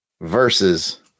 Versus